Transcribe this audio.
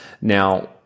Now